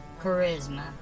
Charisma